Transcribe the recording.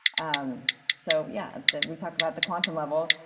um so yeah, that we talk about the quantum level,